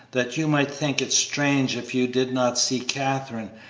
that you might think it strange if you did not see katherine,